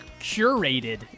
curated